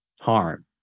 harm